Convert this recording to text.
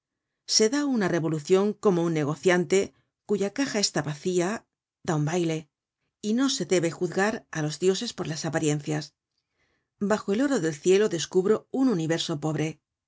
se da una revolucion como un negociante cuya caja está vacía da un baile y no se debe juzgar á los dioses por las apariencias bajo el oro del cielo descubro un universo pobre